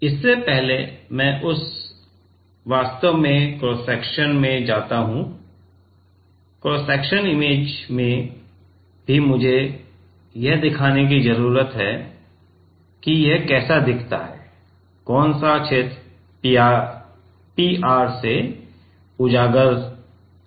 इससे पहले मैं उस पर वास्तव में क्रॉस सेक्शन में जाता हूं क्रॉस सेक्शनल इमेज में भी मुझे यह दिखाने की जरूरत है फिर यह कैसा दिखता है कौन सा क्षेत्र पीआर से उजागर हुआ है